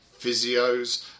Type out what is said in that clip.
physios